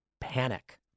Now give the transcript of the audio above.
panic